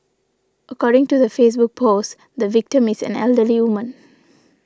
according to the Facebook post the victim is an elderly woman